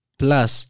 plus